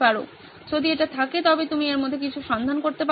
যদি এটি থাকে তবে তুমি এর মধ্যে কিছু সন্ধান করতে পারো